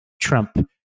trump